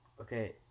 Okay